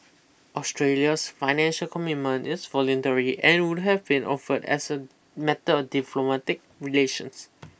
Australia's financial commitment is voluntary and would have been offered as a matter of diplomatic relations